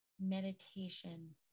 Meditation